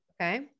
Okay